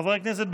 חברי הכנסת,